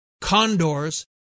condors